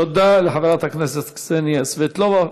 תודה לחברת הכנסת קסניה סבטלובה.